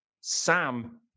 Sam